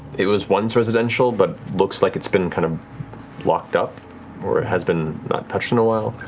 it was once residential, but looks like it's been kind of locked up or it has been not touched in a while.